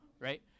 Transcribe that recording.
right